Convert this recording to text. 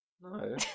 No